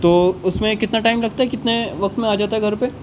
تو اس میں کتنا ٹائم لگتا ہے کتنے وقت میں آ جاتا ہے گھر پہ